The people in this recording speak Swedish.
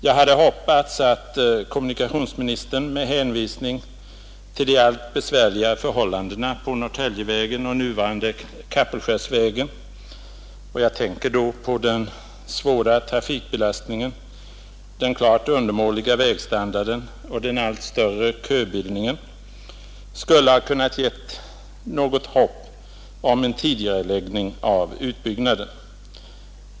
Jag hade hoppats att kommunikationsministern med hänvisning till de allt besvärligare förhållandena på Norrtäljevägen och nuvarande Kapellskärsvägen — jag tänker då på den starka trafikbelastningen, den klart undermåliga vägstandarden och den allt större köbildningen — skulle ha kunnat ge något hopp om en tidigareläggning av utbyggnaden.